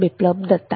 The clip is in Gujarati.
બિપ્લબ દત્તા